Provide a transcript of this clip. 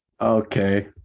Okay